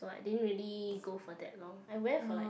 but didn't really go for that long I wear for like